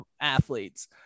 athletes